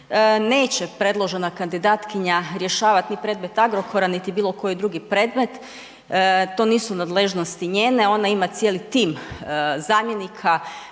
neće predložena kandidatkinja rješavat ni predmet Agrokora niti bilo koji drugi predmet, to nisu nadležnosti njene, ona ima cijeli tim zamjenika